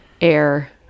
air